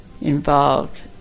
involved